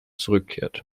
zurückkehrt